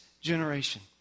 generation